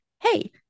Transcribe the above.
hey